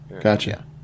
gotcha